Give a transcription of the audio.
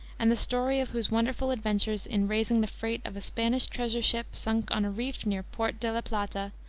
and the story of whose wonderful adventures in raising the freight of a spanish treasure ship, sunk on a reef near port de la plata,